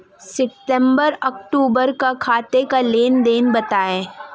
सितंबर अक्तूबर का खाते का लेनदेन बताएं